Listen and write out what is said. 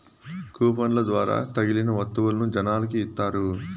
కూపన్ల ద్వారా తగిలిన వత్తువులను జనాలకి ఇత్తారు